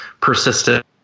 persistent